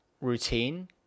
routine